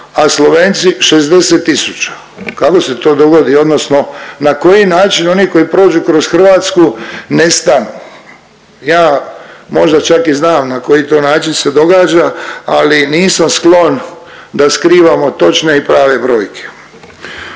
a Slovenci 60 tisuća. Kako se to dogodi odnosno na koji način oni koji prođu kroz Hrvatsku ne stanu? Ja možda čak i znam na koji to način se događa, ali nisam sklon da skrivamo točne i prave brojke.